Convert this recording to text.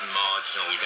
marginal